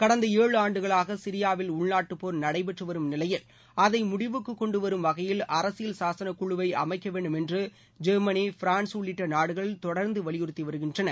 கடந்த ஏழு ஆண்டுகளாக சிரியாவில் உள்நாட்டுபோர் நடைபெற்றுவரும் நிலையில் அதை முடிவுக்கு கொண்டுவரும் வகையில் அரசியல் சாசனக்குழுவை அமைக்க வேண்டும் என்று ஜெர்மனி ஃபிரான்ஸ் உள்ளிட்ட நாடுகள் தொடர்ந்து வலியுறுத்தி வருகின்றன